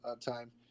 time